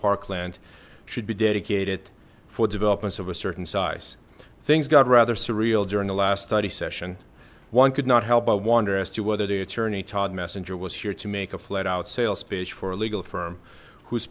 parkland should be dedicated for developments of a certain size things got rather surreal during the last study session one could not help but wonder as to whether the attorney todd messinger was here to make a flat out sales pitch for a legal firm who